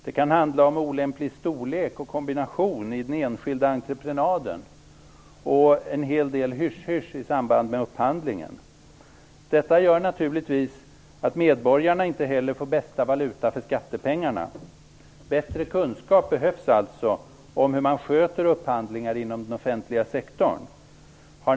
Det kan handla om olämplig storlek och kombination i den enskilda entreprenaden och en hel del hysch-hysch i samband med upphandlingen. Detta gör naturligtvis att medborgarna inte heller får den bästa valutan för skattepengarna. Bättre kunskap behövs alltså om hur man sköter upphandlingar inom den offentliga sektorn.